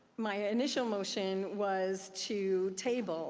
my ah initial motion was to table